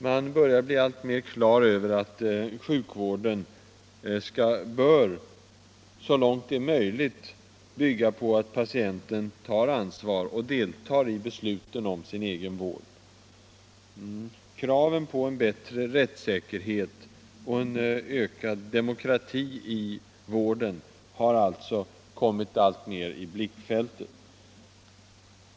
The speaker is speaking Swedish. Man börjar bli alltmer klar över att sjukvården bör, så långt det är möjligt, bygga på att patienten tar ansvar och deltar i beslut om sin egen vård. Kraven på en bättre rättssäkerhet och ökad demokrati i vården har alltså kommit alltmer i blickfältet.